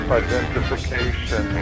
identification